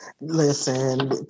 listen